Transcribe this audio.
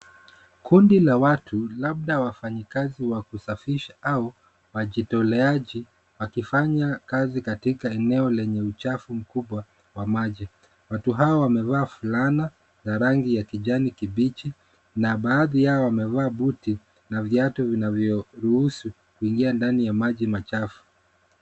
Kundi la watu, labda wafanyikazi wa kusafisha au wajitoleaji wakifanya kazi katika eneo lenye uchafu mkubwa wa maji. Watu hawa wamevaa fulana za rangi ya kijani kibichi na baadhi yao wamevaa buti na viatu vinavyoruhusu kuingia ndani ya maji machafu.